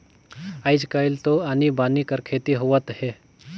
आयज कायल तो आनी बानी कर खेती होवत हे